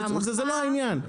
זה לא העניין.